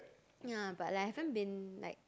ya but like I haven't been like